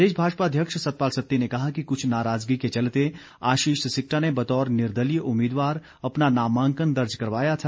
प्रदेश भाजपा अध्यक्ष सतपाल सत्ती ने कहा कि कुछ नाराजगी के चलते आशीष सिक्टा ने बतौर निर्दलीय उम्मीदवार अपना नामांकन दर्ज करवाया था